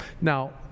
Now